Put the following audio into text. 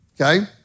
okay